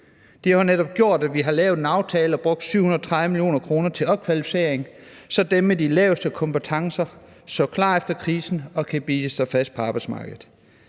Det har netop gjort, at vi har lavet en aftale og brugt 730 mio. kr. til opkvalificering, så dem med de laveste kompetencer står klar efter krisen og kan bide sig fast på arbejdsmarkedet.